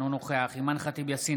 אינו נוכח אימאן ח'טיב יאסין,